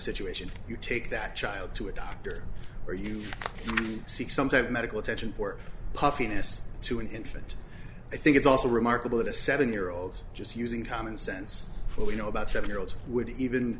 situation you take that child to a doctor or you see sometimes medical attention for puffiness to an infant i think it's also remarkable that a seven year old just using common sense for we know about seven year olds would even